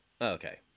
Okay